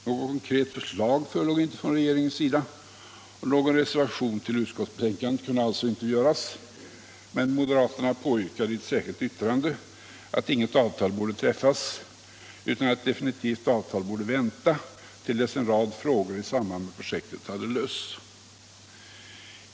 Något konkret förslag förelåg inte från regeringens sida och någon reservation till utskottsbetänkandet kunde alltså inte göras, men moderaterna påyrkade i ett särskilt yttrande att inget avtal borde träffas utan att ett definitivt avtal borde vänta till dess att en rad frågor i samband med projektet hade lösts.